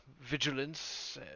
vigilance